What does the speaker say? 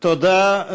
תודה.